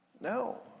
No